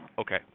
Okay